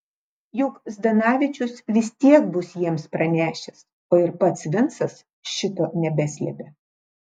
juk zdanavičius vis tiek bus jiems pranešęs o ir pats vincas šito nebeslėpė